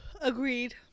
agreed